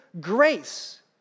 grace